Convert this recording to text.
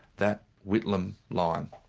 that whitlam line.